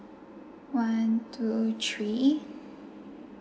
one two three